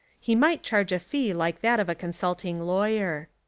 he might charge a fee like that of a consulting lawyer.